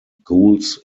gules